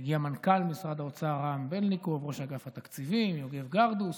הגיעו מנכ"ל משרד האוצר רם בלניקוב וראש אגף התקציבים יוגב גרדוס.